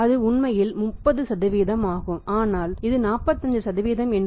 அது உண்மையில் 30 ஆகும் ஆனால் இது 45 என்று வைத்துக் கொள்வோம்